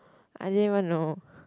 I didn't even know